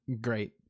great